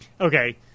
Okay